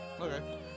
Okay